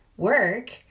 work